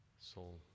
Soul